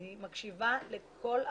אני מקשיבה לכל הגורמים,